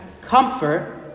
comfort